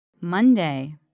Monday